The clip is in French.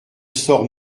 sors